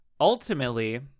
Ultimately